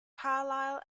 carlisle